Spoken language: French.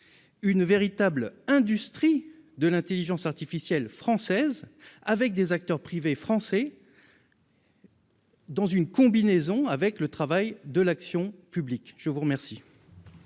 une véritable industrie de l'intelligence artificielle française, avec des acteurs privés français, dans une combinaison avec le travail de l'action publique ? La parole